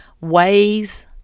ways